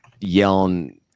yelling –